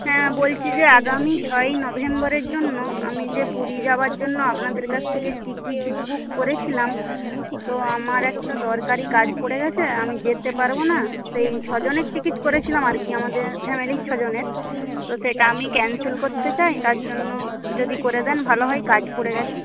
হ্যাঁ বলছি যে আগামী ছয়ই নভেম্বরের জন্য আমি যে পুরী যাবার জন্য আপনাদের কাছ থেকে টিকিট বুক করেছিলাম তো আমার একটা দরকারি কাজ পড়ে গিয়েছে আমি যেতে পারব না সেই ছ জনের টিকিট করেছিলাম আর কি আমাদের ফ্যামিলির ছ জনের তো সেটা আমি ক্যানসেল করতে চাই তার জন্য যদি করে দেন ভালো হয় কাজ পড়ে গিয়েছে